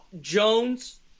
Jones